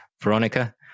Veronica